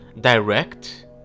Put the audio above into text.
direct